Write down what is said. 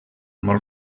molt